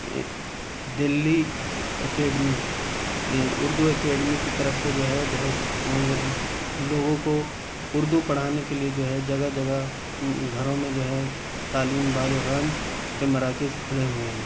دلی academy Urdu academy کی طرف سے جو ہے بہت سے لوگوں کو اردو پڑھانے کے لیے جو ہے جگہ جگہ گھروں میں جو ہے تعلیم بالغان کے مراکز کھلے ہوئے ہیں